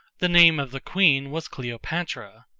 the name of the queen was cleopatra.